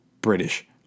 British